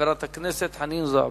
חברת הכנסת חנין זועבי.